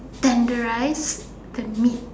tenderize the meat